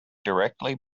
directly